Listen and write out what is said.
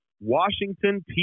Washington